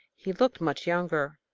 he looked much younger.